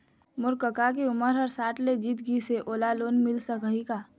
मोर कका के उमर ह साठ ले जीत गिस हे, ओला लोन मिल सकही का?